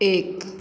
एक